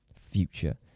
future